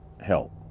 help